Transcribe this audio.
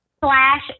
slash